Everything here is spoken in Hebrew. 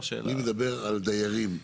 אני מדבר על דיירים.